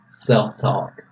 self-talk